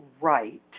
right